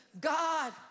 God